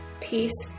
peace